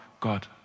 God